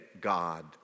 God